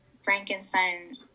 frankenstein